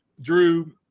Drew –